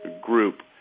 group